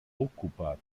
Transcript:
occupata